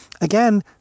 again